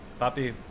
Papi